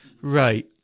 Right